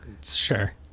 Sure